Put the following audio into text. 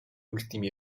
ultimi